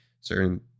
certain